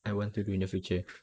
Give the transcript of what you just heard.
I want to do in the future